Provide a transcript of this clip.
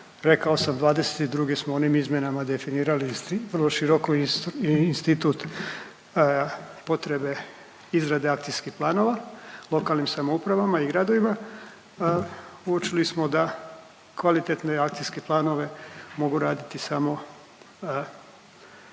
…/Govornik se ne razumije./… rok koji institut potrebe izrade akcijskih planova lokalnim samoupravama i gradovima, uočili smo da kvalitetne akcijske planove mogu raditi samo